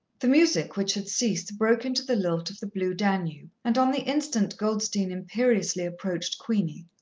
the music, which had ceased, broke into the lilt of the blue danube, and on the instant goldstein imperiously approached queenie.